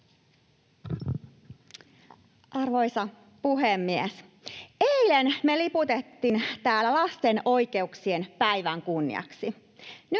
Arvoisa puhemies! Eilen me liputettiin täällä lasten oikeuksien päivän kunniaksi,